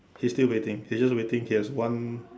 he's still waiting he's just waiting he has one